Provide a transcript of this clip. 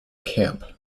camp